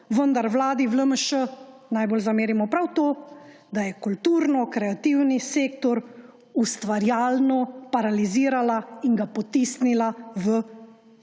Vendar Vladi v LMŠ najbolj zamerimo prav to, da je kulturno-kreativni sektor ustvarjalno paralizirala in ga potisnila v